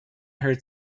her